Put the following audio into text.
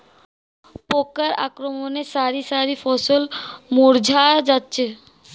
পোকার আক্রমণে শারি শারি ফসল মূর্ছা যাচ্ছে